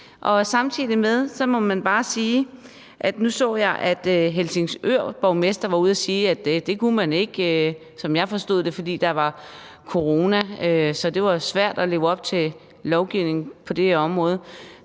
med det må jeg bare sige, at nu så jeg, at Helsingørs borgmester var ude at sige, at det kunne man ikke – som jeg forstod det – fordi der var corona, og så var det svært at leve op til lovgivningen på det område.